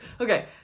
Okay